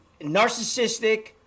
Narcissistic